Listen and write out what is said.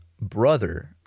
brother